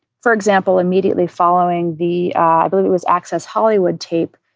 for example, immediately following the above, it was access hollywood tape.